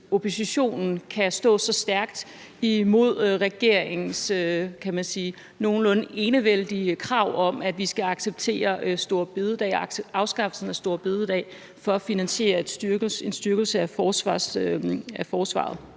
oppositionen kan stå så stærkt imod regeringens nogenlunde enevældige krav om, kan man sige, at vi skal acceptere afskaffelsen af store bededag for at finansiere en styrkelse af forsvaret.